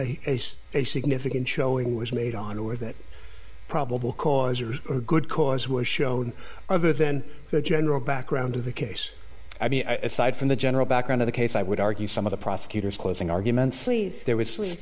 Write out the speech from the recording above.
a significant showing was made on or that probable cause or a good cause was shown other than the general background of the case i mean a side from the general background of the case i would argue some of the prosecutor's closing arguments there was